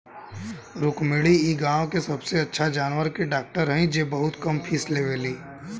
रुक्मिणी इ गाँव के सबसे अच्छा जानवर के डॉक्टर हई जे बहुत कम फीस लेवेली